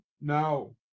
no